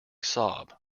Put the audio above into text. sob